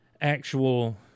actual